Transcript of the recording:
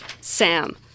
Sam